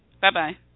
Bye-bye